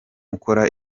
ukora